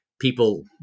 people